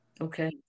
Okay